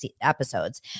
episodes